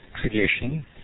tradition